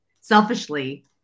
selfishly